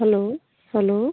hello hello